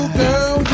girl